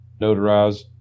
notarized